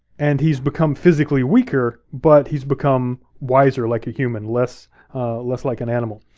and he's become physically weaker, but he's become wiser like a human, less less like an animal.